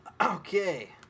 Okay